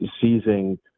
seizing